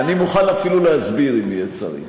מוכן אפילו להסביר, אם יהיה צורך.